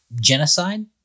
genocide